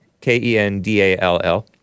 K-E-N-D-A-L-L